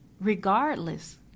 regardless